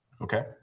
Okay